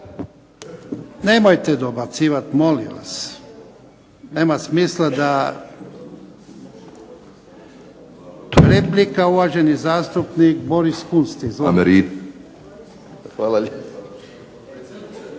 Nemojte dobacivat molim vas. Nema smisla da. Replika, uvaženi zastupnik Boris Kunst. Izvolite.